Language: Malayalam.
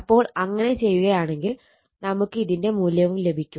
അപ്പോൾ അങ്ങനെ ചെയ്യുകയാണെങ്കിൽ നമുക്ക് ഇതിന്റെ മൂല്യവും ലഭിക്കും